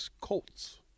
Colts